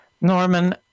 Norman